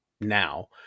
now